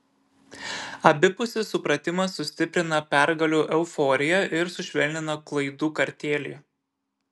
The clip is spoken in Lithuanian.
abipusis supratimas sustiprina pergalių euforiją ir sušvelnina klaidų kartėlį